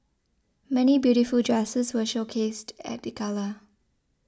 many beautiful dresses were showcased at the gala